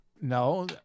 No